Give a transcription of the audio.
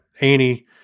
Annie